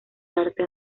arte